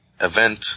Event